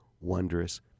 wondrous